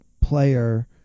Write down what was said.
player